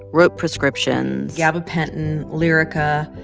wrote prescriptions gabapentin, lyrica,